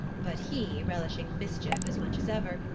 but he, relishing mischief as much as ever,